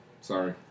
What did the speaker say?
Sorry